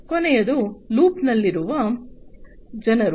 ಕೊನೆಯದು ಲೂಪ್ನಲ್ಲಿರುವ ಜನರು